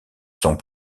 sont